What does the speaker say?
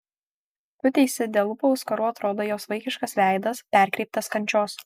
tu teisi dėl lūpų auskarų atrodo kad jo vaikiškas veidas perkreiptas kančios